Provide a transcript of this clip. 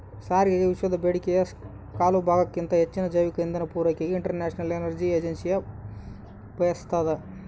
ಸಾರಿಗೆಗೆವಿಶ್ವದ ಬೇಡಿಕೆಯ ಕಾಲುಭಾಗಕ್ಕಿಂತ ಹೆಚ್ಚಿನ ಜೈವಿಕ ಇಂಧನ ಪೂರೈಕೆಗೆ ಇಂಟರ್ನ್ಯಾಷನಲ್ ಎನರ್ಜಿ ಏಜೆನ್ಸಿ ಬಯಸ್ತಾದ